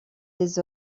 des